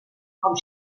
com